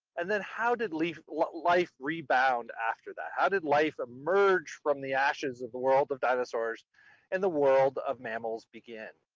and then how did life rebound after that? how did life emerge from the ashes of the world of dinosaurs and the world of mammals begin?